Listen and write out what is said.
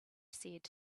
said